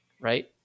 Right